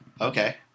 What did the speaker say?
Okay